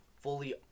fully